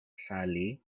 sali